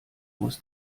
muss